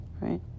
right